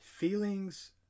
Feelings